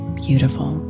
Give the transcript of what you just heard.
beautiful